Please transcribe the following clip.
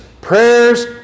prayers